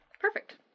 perfect